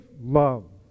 love